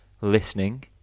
listening